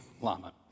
Lama